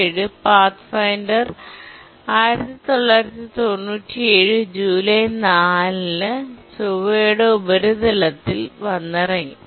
1997 Pathfinder 1997 July 4 ന് ചൊവ്വയുടെ ഉപരിതലത്തിൽ വന്നിറങ്ങി